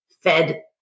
fed